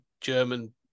German